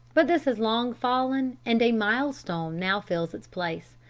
but this has long fallen, and a milestone now fills its place.